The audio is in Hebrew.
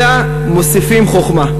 אלא מוסיפים חוכמה".